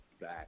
Back